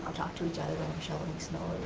talk to each other when they're shoveling snow